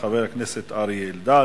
חבר הכנסת אריה אלדד,